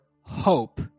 hope